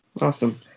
Awesome